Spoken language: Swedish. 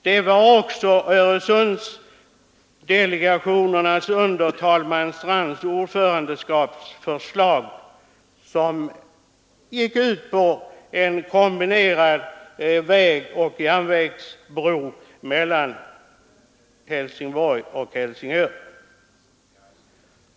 Det föreslogs också av Öresundsdelegationerna under talman Strands ordförandeskap. Förslaget gick ut på att en kombinerad vägoch järnvägsbro mellan Helsingborg och Helsingör skulle byggas.